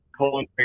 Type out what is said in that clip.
colon